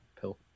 pill